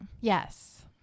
Yes